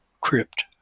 crypt